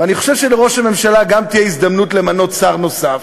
אני חושב שלראש הממשלה גם תהיה הזדמנות למנות שר נוסף,